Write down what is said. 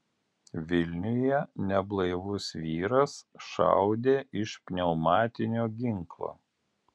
vilniuje neblaivus vyras šaudė iš pneumatinio ginklo